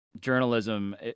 Journalism